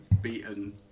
beaten